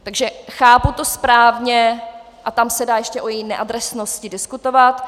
Takže chápu to správně a tam se dá ještě o její neadresnosti diskutovat.